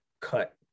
cut